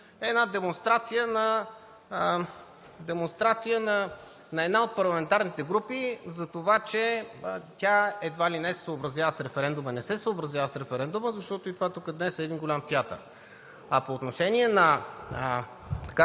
е демонстрация на една от парламентарните групи за това, че тя едва ли не се съобразява с референдума. Не се съобразява с референдума, защото и това тук днес е голям театър. А по отношение на